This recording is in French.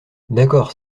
d’accord